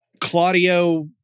Claudio